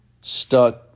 stuck